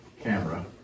camera